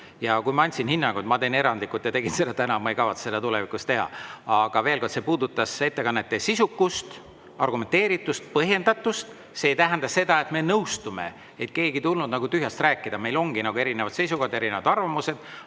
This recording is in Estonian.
Ja kui ma andsin hinnangu – ma erandlikult tegin seda täna, ma ei kavatse seda tulevikus teha. Aga veel kord, see puudutas ettekannete sisukust, argumenteeritust, põhjendatust. See ei tähenda seda, et me nõustume. Keegi ei tulnud nagu tühjast rääkima. Meil ongi erinevad seisukohad, erinevad arvamused,